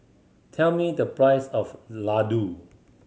tell me the price of laddu